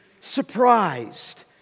surprised